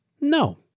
No